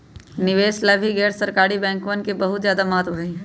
निवेश ला भी गैर सरकारी बैंकवन के बहुत ज्यादा महत्व हई